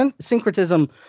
Syncretism –